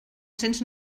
cents